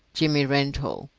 jimmy rentoul,